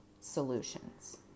solutions